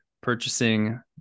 purchasing